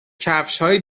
کفشهای